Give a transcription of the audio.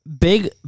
Big